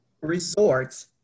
resorts